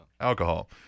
alcohol